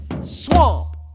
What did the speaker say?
Swamp